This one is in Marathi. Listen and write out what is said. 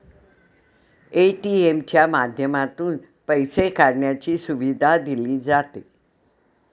ए.टी.एम च्या माध्यमातून पैसे काढण्याची सुविधा दिली जाते